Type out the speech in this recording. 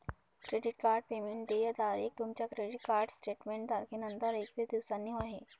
credit card payment देय तारीख तुमच्या क्रेडिट कार्ड स्टेटमेंट तारखेनंतर एकवीस दिवसांनी आहे